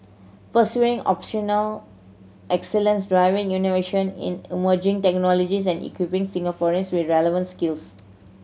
pursuing operational excellence driving innovation in emerging technologies and equipping Singaporeans with relevant skills